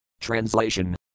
Translation